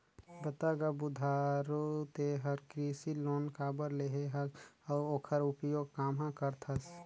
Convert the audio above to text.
बता गा बुधारू ते हर कृसि लोन काबर लेहे हस अउ ओखर उपयोग काम्हा करथस